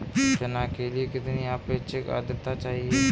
चना के लिए कितनी आपेक्षिक आद्रता चाहिए?